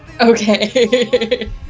Okay